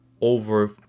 over